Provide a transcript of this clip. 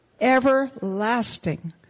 Everlasting